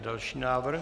Další návrh.